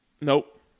Nope